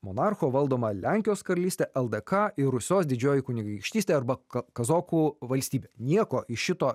monarcho valdoma lenkijos karalystėldk ir rusios didžioji kunigaikštystė arba ka kazokų valstybė nieko iš šito